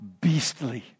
beastly